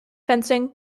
fencing